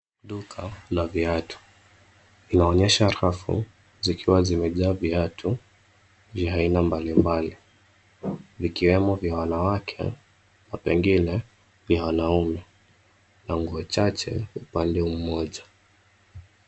Duka la viatu inaonyesha rafu zikiwa zimejaa viatu vya aina mbalimbali; vikiwemo vya wanawake na pengine vya wanaume na nguo chache upande mmoja.